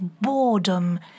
boredom